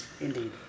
Indeed